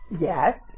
yes